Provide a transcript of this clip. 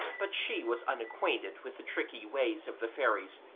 but she was unacquainted with the tricky ways of the fairies,